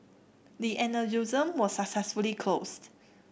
the aneurysm was successfully closed